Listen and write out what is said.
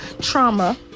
trauma